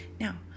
Now